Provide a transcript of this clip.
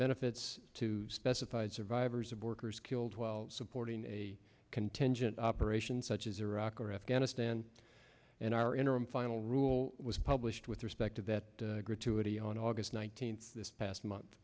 benefits to specified survivors of workers killed while supporting a contingent operations such as iraq or afghanistan and are interim final rule was published with respect to that gratuity on aug nineteenth this past month